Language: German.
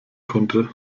konnte